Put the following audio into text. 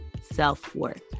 self-worth